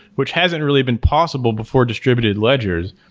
which hasn't really been possible before distributed ledgers,